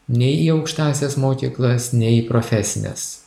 nei į aukštąsias mokyklas nei į profesines